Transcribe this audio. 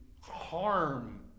harm